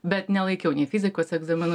bet nelaikiau nei fizikos egzaminų